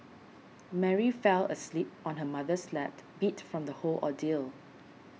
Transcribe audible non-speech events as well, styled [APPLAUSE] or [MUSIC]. Mary fell asleep on her mother's lap [NOISE] beat from the whole ordeal